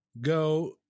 go